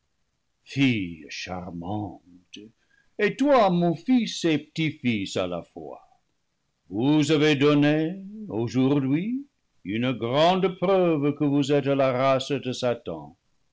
fille charmante et toi mon fils et petit-fils à la fois vous avez donné aujourd'hui une grande preuve que vous êtes la race de satan